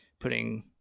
putting